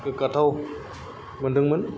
गोगाथाव मोनदोंमोन